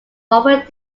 offered